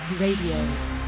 Radio